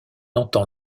entend